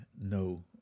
no